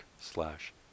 slash